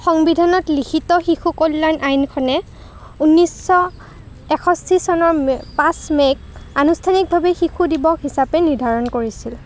সংবিধানত লিখিত শিশু কল্যাণ আইনখনে ঊনৈছশ তেষষ্ঠি চনৰ পাঁচ মে'ক আনুষ্ঠানিকভাৱে শিশু দিৱস হিচাপে নিৰ্ধাৰণ কৰিছিল